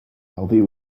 healthy